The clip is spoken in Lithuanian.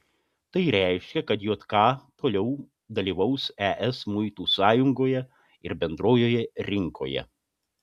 tai reiškia kad jk toliau dalyvaus es muitų sąjungoje ir bendrojoje rinkoje